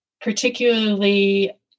particularly